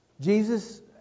Jesus